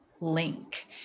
link